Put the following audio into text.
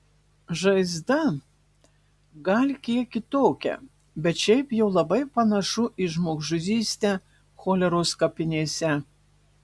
žaizda gal kiek kitokia bet šiaip jau labai panašu į žmogžudystę choleros kapinėse